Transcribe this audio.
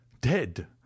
Dead